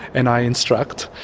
and i instruct,